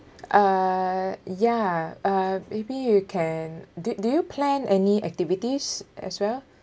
uh ya uh maybe you can do do you plan any activities as well